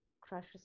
crushes